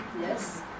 Yes